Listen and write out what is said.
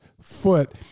foot